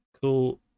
cool